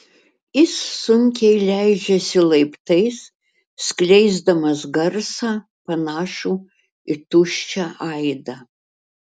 jis sunkiai leidžiasi laiptais skleisdamas garsą panašų į tuščią aidą